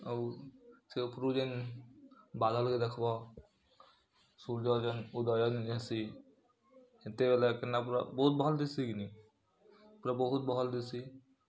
ଆଉ ସେ ଉପ୍ରୁ ଜେନ୍ ବାଦଲ୍କେ ଦେଖ୍ବ ସୂର୍ଯ୍ୟ ଜେନ୍ ଉଦୟ ଜେନ୍ ହେସି ହେତେବେଲେ କେନ୍ତା ପୁରା ବହୁତ୍ ଭଲ୍ ଦିସ୍ସି କି ନାଇଁ ପୁରା ବହୁତ୍ ଭଲ୍ ଦିସ୍ସି